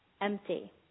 empty